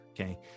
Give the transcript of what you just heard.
okay